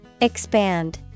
Expand